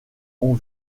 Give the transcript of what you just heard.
ont